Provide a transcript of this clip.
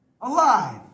alive